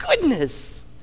goodness